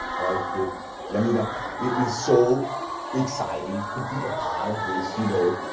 like it yeah i mean ah it is so exciting to be a part of this you know,